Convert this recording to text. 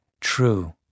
True